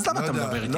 אז למה אתה מדבר איתי?